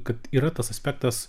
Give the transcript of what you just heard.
kad yra tas aspektas